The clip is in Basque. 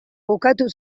bukatu